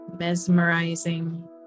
mesmerizing